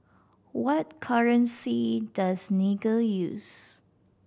what currency does Niger use